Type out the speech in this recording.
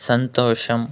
సంతోషం